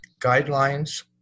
guidelines